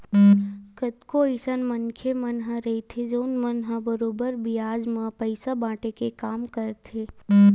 कतको अइसन मनखे मन ह रहिथे जउन मन ह बरोबर बियाज म पइसा बाटे के काम करथे